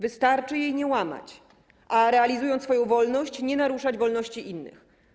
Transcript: Wystarczy jej nie łamać, a realizując swoją wolność - nie naruszać wolności innych.